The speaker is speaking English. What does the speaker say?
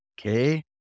Okay